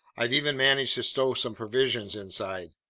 i've even managed to stow some provisions inside.